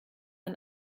man